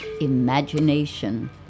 imagination